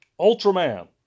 Ultraman